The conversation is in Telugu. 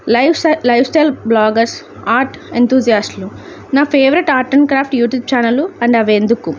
లైఫ్ట లైఫ్టైల్ బ్లాగర్స్ ఆర్ట్ ఎంతూజియాస్ట్లు నా favourite art and craft YouTube channel and అవెందుకు